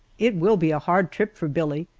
it will be a hard trip for billie,